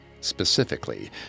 specifically